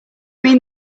mean